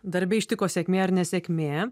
darbe ištiko sėkmė ar nesėkmė